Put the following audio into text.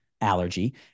allergy